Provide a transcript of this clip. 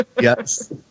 Yes